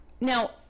Now